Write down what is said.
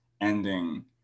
ending